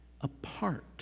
apart